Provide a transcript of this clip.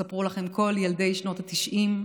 יספרו לכם כל ילדי שנות התשעים,